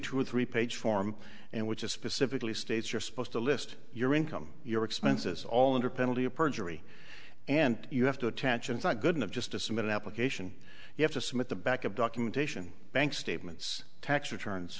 two or three page form and which is specifically states you're supposed to list your income your expenses all under penalty of perjury and you have to attention is not good enough just to submit an application you have to submit the back of documentation bank statements tax returns